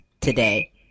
today